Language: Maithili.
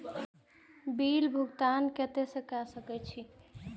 बिल भुगतान केते से कर सके छी?